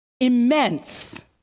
immense